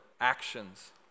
actions